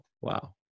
Wow